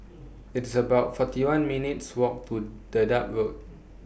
It's about forty one minutes' Walk to Dedap Road